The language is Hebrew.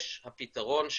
יש את הפתרון,